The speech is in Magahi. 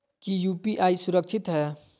की यू.पी.आई सुरक्षित है?